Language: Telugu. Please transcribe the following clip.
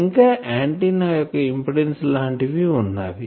ఇంకా ఆంటిన్నా యొక్క ఇంపిడెన్సు లాంటివి వున్నాయి